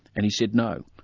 and he said, no.